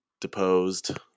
deposed